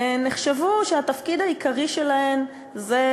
התפקיד העיקרי שלהן נחשב,